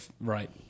right